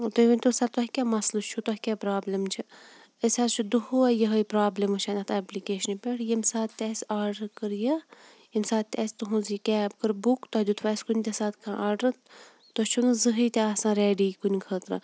تُہۍ ؤنۍ تَو سَر تۄہہِ کیاہ مَسلہٕ چُھو کیاہ پرابلِم چھِ أسۍ حظ چھِ دۄہَے یِہے پرابلِم وٕچھان یَتھ ایٚپلِکیشنہِ پیٹھ ییٚمہِ ساتہٕ تہِ اَسہِ آرڈَر کٔر یہِ ییٚمہِ ساتہٕ تہِ اَسہِ تُہٕنٛز یہِ کیب کٔر بُک تۄہہِ دِتوٕ اَسہِ کُنہِ تہِ ساتہٕ کانٛہہ آرڈَر تُہۍ چھِو نہٕ زٕہٕنۍ تہِ آسان ریٚڈی کُنہِ خٲطرٕ